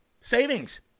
savings